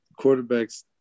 quarterbacks